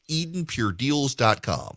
EdenPureDeals.com